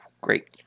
Great